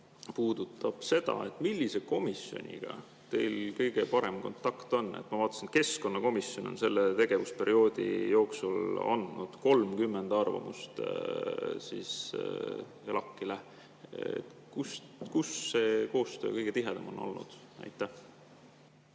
puudutab seda, millise komisjoniga teil kõige parem kontakt on. Ma vaatasin, et keskkonnakomisjon on selle tegevusperioodi jooksul andnud 30 arvamust ELAK-ile. Kus see koostöö kõige tihedam on olnud? Aitäh,